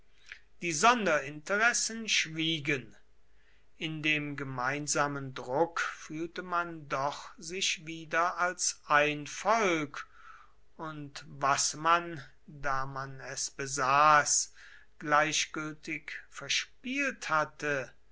die sonderinteressen schwiegen in dem gemeinsamen druck fühlte man doch sich wieder als ein volk und was man da man es besaß gleichgültig verspielt hatte